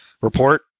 Report